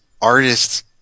artist's